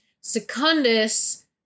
secundus